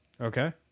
Okay